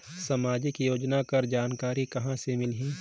समाजिक योजना कर जानकारी कहाँ से मिलही?